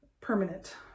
Permanent